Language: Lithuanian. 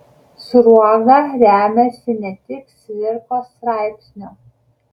sruoga remiasi ne tik cvirkos straipsniu